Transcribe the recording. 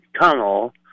tunnel